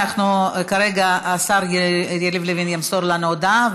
כרגע השר יריב לוין ימסור לנו הודעה,